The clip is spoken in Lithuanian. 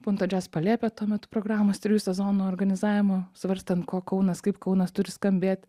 punto jazz palėpė tuo metu programos trijų sezonų organizavimo svarstant ko kaunas kaip kaunas turi skambėt